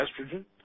estrogen